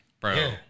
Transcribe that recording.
bro